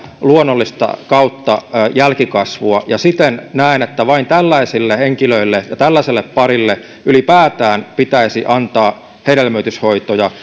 luonnollista kautta jälkikasvua siten näen että vain tällaisille henkilöille ja tällaisille pareille ylipäätään pitäisi antaa hedelmöityshoitoja